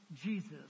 Jesus